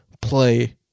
play